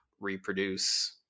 reproduce